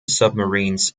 submarines